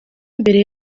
mbere